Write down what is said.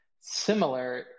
similar